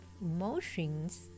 emotions